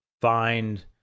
find